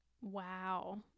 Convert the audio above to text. Wow